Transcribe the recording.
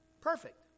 perfect